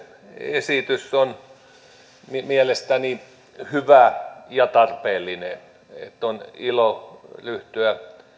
esitys on mielestäni hyvä ja tarpeellinen on ilo ryhtyä